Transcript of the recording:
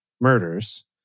murders